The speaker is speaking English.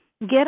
get